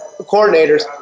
coordinators